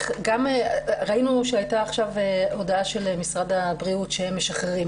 ראינו שהייתה עכשיו הודעה של משרד הבריאות שהם משחררים,